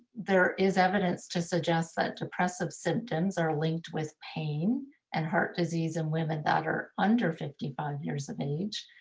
there is evidence to suggest that depressive symptoms are linked with pain and heart disease in women that are under fifty five years of age,